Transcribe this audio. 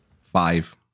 Five